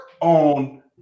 on